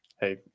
Hey